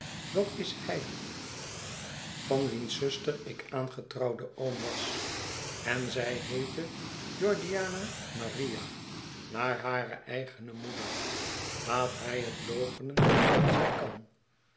dat is hij van wiens zuster ik de aangetrouwde oom was en zy heette georgiana maria naar hare eigene moeder laat hij het loochenen als hij kan